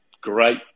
great